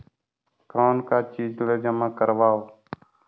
कौन का चीज ला जमा करवाओ?